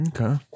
Okay